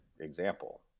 example